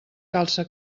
calça